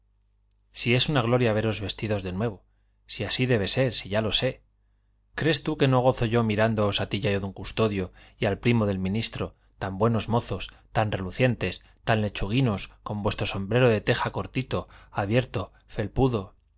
si es una gloria veros vestidos de nuevo si así debe ser si ya lo sé crees tú que no gozo yo mirándoos a ti y a don custodio y al primo del ministro tan buenos mozos tan relucientes tan lechuguinos con vuestro sombrero de teja cortito abierto felpudo